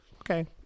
okay